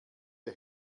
der